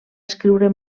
escriure